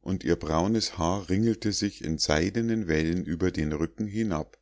und ihr braunes haar ringelte sich in seidenen wellen über den rücken hinab